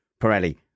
Pirelli